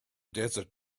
desert